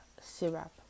syrup